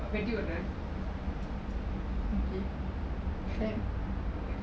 வெட்டி விடுறன்:vetti viduran